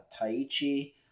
Taichi